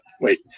Wait